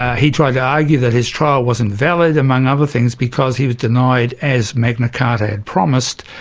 ah he tried to argue that his trial was invalid, among other things, because he was denied, as magna carta had promised,